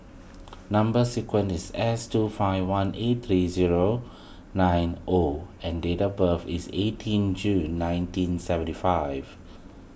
Number Sequence is S two five one eight three zero nine O and date of birth is eighteen June nineteen seventy five